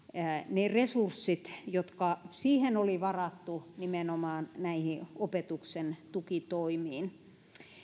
ne resurssit jotka siihen oli varattu nimenomaan näihin opetuksen tukitoimiin